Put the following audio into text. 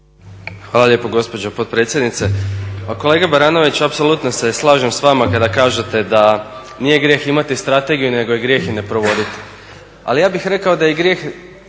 Hvala lijepo gospođo potpredsjednice. Pa kolega Baranović apsolutno se slažem s vama kada kažete da nije grijeh imati strategiju nego je grijeh je ne provoditi. Ali ja bih rekao da je grijeh,